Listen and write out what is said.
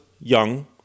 young